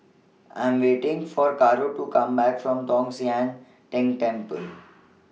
I Am waiting For Caro to Come Back from Tong Sian Tng Temple